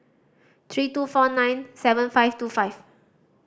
three two four nine seven five two five